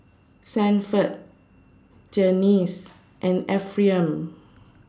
Sanford Janyce and Ephriam